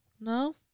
No